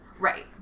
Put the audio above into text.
Right